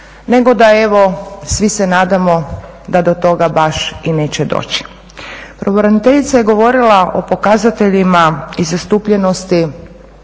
nego da evo svi se nadamo da do toga baš i neće doći. Pravobraniteljica je govorila o pokazateljima i zastupljenosti